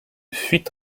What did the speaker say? fuite